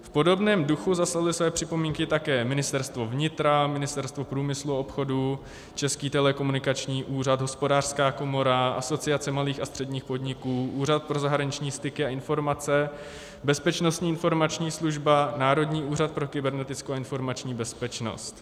V podobném duchu zaslaly své připomínky také Ministerstvo vnitra, Ministerstvo průmyslu a obchodu, Český telekomunikační úřad, Hospodářská komora, Asociace malých a středních podniků, Úřad pro zahraniční styky a informace, Bezpečnostní informační služba, Národní úřad pro kybernetickou a informační bezpečnost.